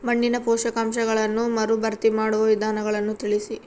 ಮಣ್ಣಿನ ಪೋಷಕಾಂಶಗಳನ್ನು ಮರುಭರ್ತಿ ಮಾಡುವ ವಿಧಾನಗಳನ್ನು ತಿಳಿಸಿ?